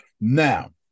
Now